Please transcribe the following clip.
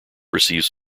receives